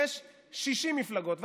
יש 60 מפלגות.